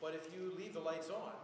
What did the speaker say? but if you leave the lights on